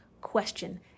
question